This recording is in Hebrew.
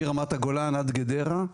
מרמת הגולן ועד גדרה,